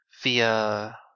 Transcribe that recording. via